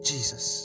Jesus